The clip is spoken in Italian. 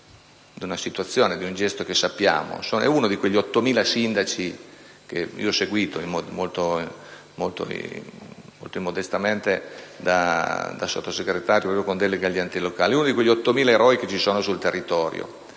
a seguito del gesto che sappiamo: è uno di quegli 8.000 sindaci (che ho seguito molto modestamente da Sottosegretario con delega agli enti locali) uno di quegli 8.000 eroi che ci sono sul territorio,